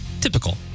Typical